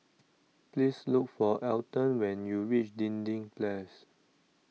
please look for Alton when you reach Dinding Place